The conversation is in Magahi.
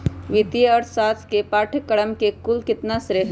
वित्तीय अर्थशास्त्र के पाठ्यक्रम के कुल श्रेय कितना हई?